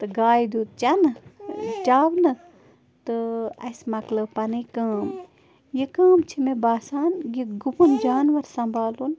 تہٕ گایہِ دیُت چَنہٕ چاونہٕ تہٕ اَسہِ مَکلٲو پَنٕنۍ کٲم یہِ کٲم چھِ مےٚ باسان یہِ گُپُن جانوَر سنٛبالُن